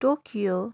Tokyo